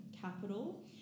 capital